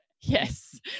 Yes